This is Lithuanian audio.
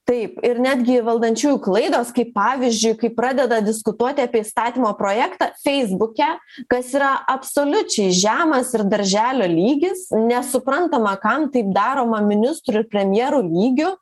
taip ir netgi valdančiųjų klaidos kaip pavyzdžiui kai pradeda diskutuot apie įstatymo projektą feisbuke kas yra absoliučiai žemas ir darželio lygis nesuprantama kam taip daroma ministrų premjerų lygiu